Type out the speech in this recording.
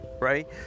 right